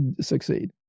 succeed